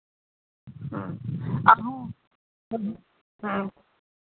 ᱦᱮᱸ ᱟᱨᱦᱚᱸ ᱦᱮᱸ ᱦᱮᱸ